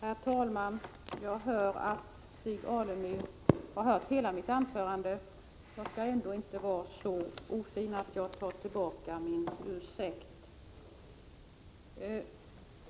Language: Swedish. Herr talman! Jag hör att Stig Alemyr har lyssnat på hela mitt anförande. Jag skall ändå inte vara så ofin att jag tar tillbaka min ursäkt.